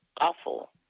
awful